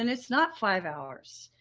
and it's not five hours.